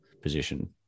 position